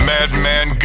Madman